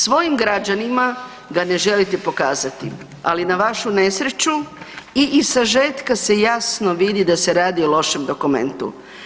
Svojim građanima ga ne želite pokazati, ali na vašu nesreću i iz sažetka se jasno vidi da se radi o lošem dokumentu.